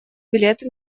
билеты